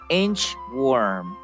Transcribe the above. inchworm，